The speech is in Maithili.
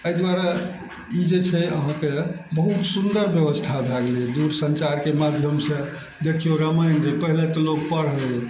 अइ दुआरे ई जे छै अहाँके बहुत सुन्दर व्यवस्था भए गेलय दूरसञ्चारके माध्यमसँ देखियौ रामायण जे पहिले तऽ लोक पढ़य